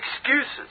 excuses